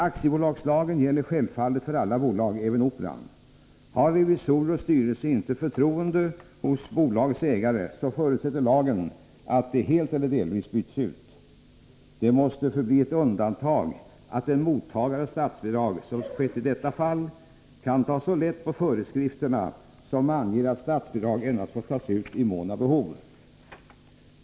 Aktiebolagslagen gäller självfallet för alla bolag, även Operan. Har revisorer och styrelse inte förtroende hos bolagets ägare, så förutsätter lagen att de — helt eller delvis — byts ut. Det måste förbli ett undantag att en mottagare av statsbidrag — såsom skett i detta fall — kan ta så lätt på föreskrifterna som anger att statsbidrag endast får tas ut i mån av behov.